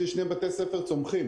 ספר צומחים